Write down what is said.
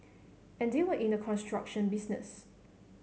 and they were in the construction business